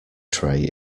tray